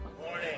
morning